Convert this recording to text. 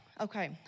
Okay